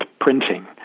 printing